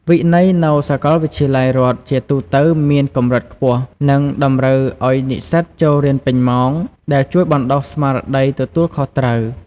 វិន័យនៅសាកលវិទ្យាល័យរដ្ឋជាទូទៅមានកម្រិតខ្ពស់ និងតម្រូវឲ្យនិស្សិតចូលរៀនពេញម៉ោង ដែលជួយបណ្ដុះស្មារតីទទួលខុសត្រូវ។